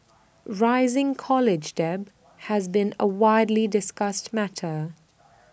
rising college debt has been A widely discussed matter